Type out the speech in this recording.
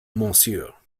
monsieur